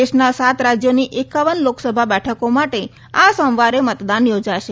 દેશના સાત રાજયોની એકાવન લોકસભા બેઠકો માટે આ સોમવારે મતદાન યોજાશે